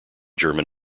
german